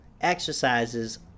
exercises